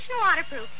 Waterproof